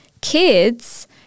kids